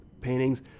paintings